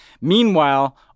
Meanwhile